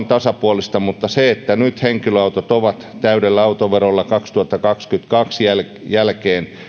tasapuolista mutta nyt henkilöautot ovat täydellä autoverolla kaksituhattakaksikymmentäkaksi jälkeen jälkeen